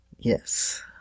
yes